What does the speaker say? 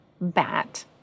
bat